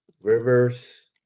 rivers